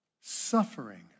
suffering